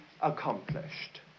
accomplished